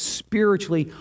spiritually